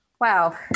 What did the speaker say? Wow